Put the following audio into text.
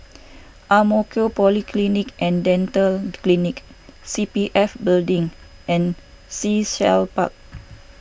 Ang Mo Kio Polyclinic and Dental Clinic C P F Building and Sea Shell Park